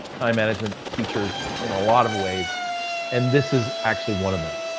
time management teachers in a lot of ways and this is actually one of them.